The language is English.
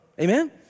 amen